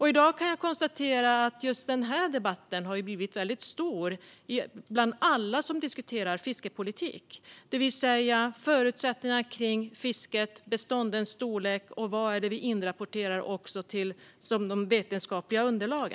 I dag kan jag konstatera att just denna debatt har blivit väldigt stor bland alla som diskuterar fiskepolitik, det vill säga förutsättningarna för fisket, beståndens storlek och vad vi inrapporterar som vetenskapliga underlag.